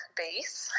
base